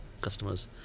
customers